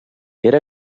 era